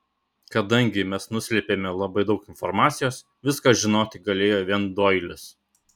kadangi mes nuslėpėme labai daug informacijos viską žinoti galėjo vien doilis